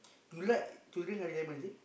you like to drink honey lemon is it